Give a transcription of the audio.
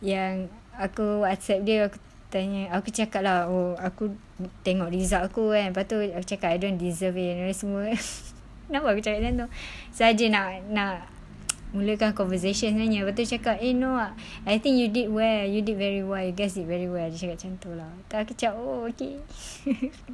yang aku Whatsapp dia tanya aku cakap lah oh aku tengok result aku kan pastu aku cakap aku don't deserve it ni semua kenapa aku cakap macam tu saja nak nak mula kan conversation sebenarnya lepastu dia cakap eh no ah I think you did well you did very well you guys did very well dia cakap macam tu lah tu aku macam oh okay